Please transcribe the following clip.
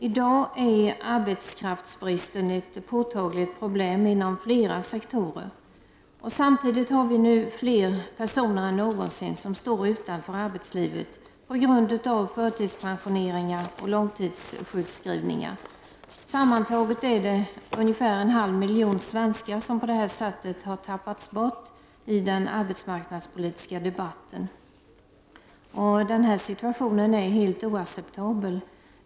I dag är arbetskraftsbristen ett påtagligt problem inom flera sektorer. Samtidigt har vi nu fler personer än någonsin som står utanför arbetslivet på grund av förtidspensioneringar och långtidssjukskrivningar. Sammantaget har ungefär en halv miljon svenskar på detta sätt tappats bort i den arbetsmarknadspolitiska debatten. Denna situation är helt oacceptabel.